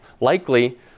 Likely